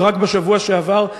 רק בשבוע שעבר,